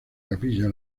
capilla